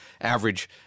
average